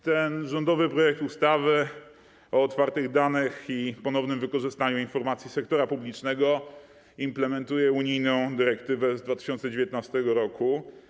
Ten rządowy projekt ustawy o otwartych danych i ponownym wykorzystaniu informacji sektora publicznego implementuje unijną dyrektywę z 2019 r.